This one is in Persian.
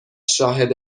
شاهد